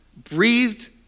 breathed